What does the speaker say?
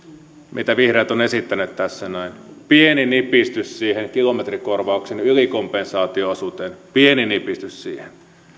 mitä vihreät ovat esittäneet tässä pieni nipistys siihen kilometrikorvauksen ylikompensaatio osuuteen pieni nipistys siihen